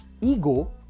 ego